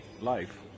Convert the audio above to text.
life